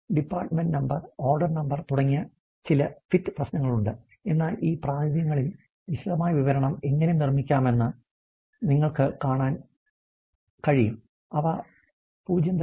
department number order number തുടങ്ങിയ ചില fit പ്രശ്നങ്ങളുണ്ട് എന്നാൽ ഈ പ്രാതിനിധ്യങ്ങളിൽ വിശദമായ വിവരണം എങ്ങനെ നിർമ്മിക്കാമെന്ന് നിങ്ങൾക്ക് കാണാൻ കഴിയും അവ 0